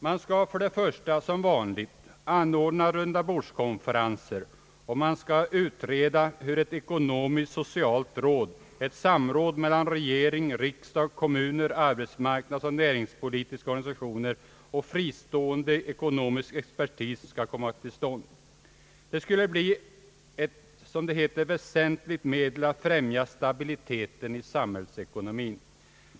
För det första vill man, som vanligt, anordna rundabordskonferenser för samråd mellan regering, riksdag, kommuner, arbetsmarknadsoch näringslivsorganisationer samt fristående ekonomisk expertis. Detta skulle bli ett »väsentligt medel att främja stabilitet i samhällsekonomin».